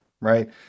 Right